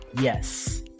Yes